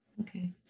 Okay